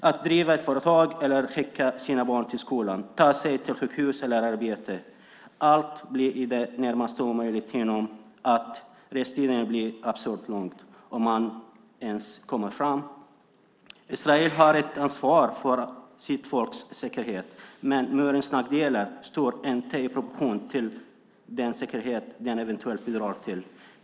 Att driva ett företag, skicka sina barn till skolan, ta sig till sjukhus eller arbetet - allt blir i det närmaste omöjligt genom att restiden blir absurt lång, om man ens kommer fram. Israel har ett ansvar för sitt folks säkerhet. Men murens nackdelar står inte i proportion till den säkerhet den eventuellt bidrar till.